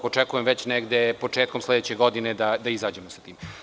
Očekujem negde početkom sledeće godine da izađemo sa tim.